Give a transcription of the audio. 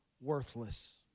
worthless